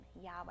Yahweh